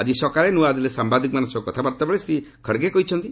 ଆଜି ସକାଳେ ନୂଆଦିଲ୍ଲୀରେ ସାମ୍ବାଦିକମାନଙ୍କ ସହ କଥାବାର୍ତ୍ତା ବେଳେ ଶ୍ରୀ ଖାର୍ଗେ ଏହା କହିଛନ୍ତି